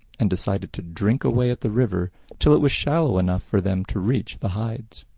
and decided to drink away at the river till it was shallow enough for them to reach the hides.